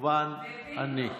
וכמובן אני,